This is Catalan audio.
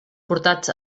portats